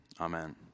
Amen